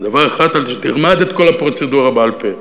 תלמד את כל הפרוצדורה בעל-פה.